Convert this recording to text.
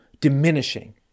diminishing